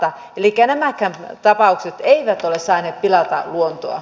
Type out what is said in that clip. elikkä nämäkään tapaukset eivät ole saaneet pilata luontoa